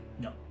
No